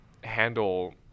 handle